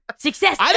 Success